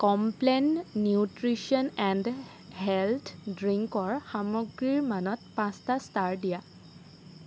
Complan nutrition and health ড্ৰিংকৰ সামগ্ৰীৰ মানত পাঁচটা ষ্টাৰ দিয়া